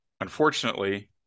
Unfortunately